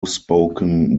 spoken